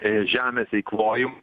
iš žemės eikvojim